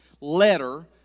letter